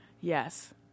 Yes